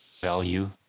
value